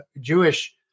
Jewish